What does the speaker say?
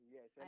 Yes